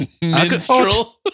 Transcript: Minstrel